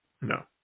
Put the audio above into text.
No